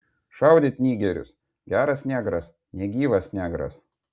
šaudyt nigerius geras negras negyvas negras